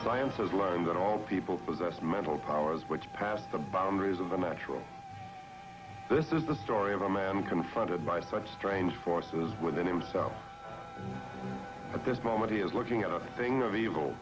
sciences learn that all people possess mental powers which pass the boundaries of the natural this is the story of a man confronted by such strange forces within himself at this moment he is looking at a thing of evil